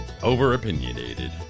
Overopinionated